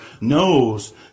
knows